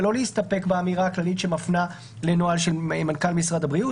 ולא להסתפק באמירה הכללית שמפנה לנוהל של מנכ"ל משרד הבריאות.